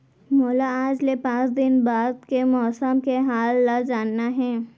मोला आज ले पाँच दिन बाद के मौसम के हाल ल जानना हे?